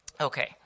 Okay